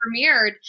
premiered